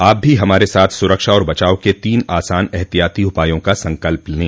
आप भी हमारे साथ सुरक्षा और बचाव के तीन आसान एहतियाती उपायों का संकल्प लें